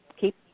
keep